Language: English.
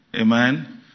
amen